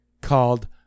called